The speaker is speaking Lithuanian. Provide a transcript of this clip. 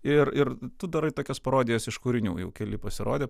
ir ir tu darai tokias parodijas iš kūrinių jau keli pasirodė